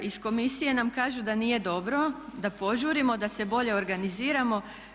Iz Komisije nam kažu da nije dobro da požurimo, da se bolje organiziramo.